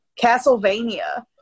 Castlevania